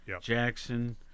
Jackson